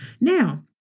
Now